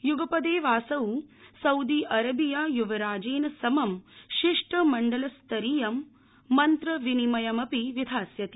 य्गपदेवासौं Saudi Arabia य्वराजेन समं शिष्ट मंडल स्तरीयं मन्त्रविनिमयमपि विधास्यति